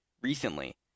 recently